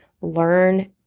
learn